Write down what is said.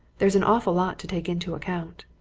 there's an awful lot to take into account.